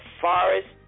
forest